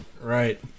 Right